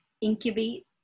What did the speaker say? incubate